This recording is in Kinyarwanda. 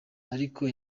ariko